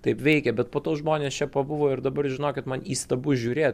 taip veikė bet po to žmonės čia pabuvo ir dabar žinokit man įstabu žiūrėt